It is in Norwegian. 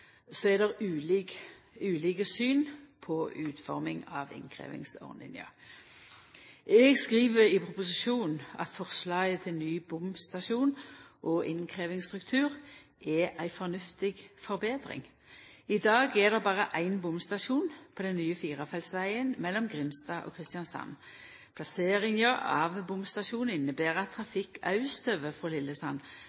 Så er det ulike syn på utforming av innkrevjingsordninga. Eg skriv i proposisjonen at forslaget til ny bomstasjon og innkrevjingsstruktur er ei fornuftig forbetring. I dag er det berre ein bomstasjon på den nye firefeltsvegen mellom Grimstad og Kristiansand. Plasseringa av bomstasjonen inneber at